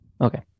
Okay